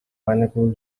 pineapple